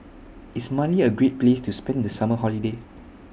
IS Mali A Great Place to spend The Summer Holiday